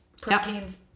proteins